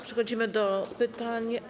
Przechodzimy do pytań.